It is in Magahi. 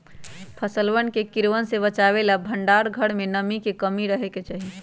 फसलवन के कीड़वन से बचावे ला भंडार घर में नमी के कमी रहे के चहि